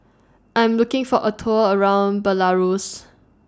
I Am looking For A Tour around Belarus